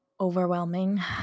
overwhelming